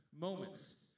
moments